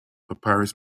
papyrus